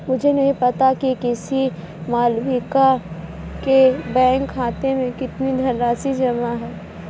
मुझे नही पता कि किसी मालविका के बैंक खाते में कितनी धनराशि जमा है